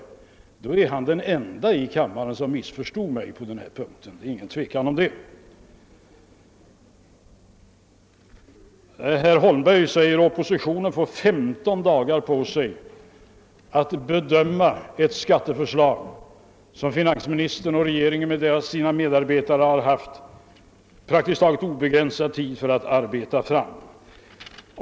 Med anledning därav vill jag säga att han nog är den enda i kammaren som missförstod mig på denna punkt. Det är ingen tvekan om det. Herr Holmberg sade att oppositionen får 15 dagar på sig att bedöma ett skatteförslag som finansministern och regeringen med dess medarbetare har haft praktiskt taget obegränsad tid att arbeta fram.